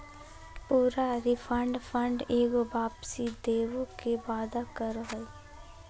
पूरा return fund एगो वापसी देवे के वादा करो हइ